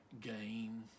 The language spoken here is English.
gain